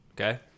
okay